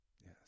Yes